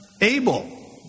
Abel